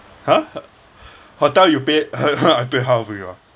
!huh! hotel you pay I pay half for you ah